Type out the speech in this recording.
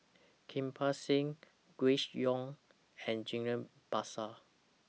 Kirpal Singh Grace Young and Ghillie BaSan